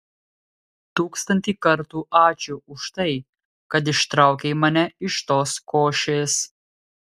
tūkstantį kartų ačiū už tai kad ištraukei mane iš tos košės